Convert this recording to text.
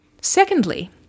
Secondly